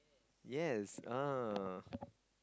yes oh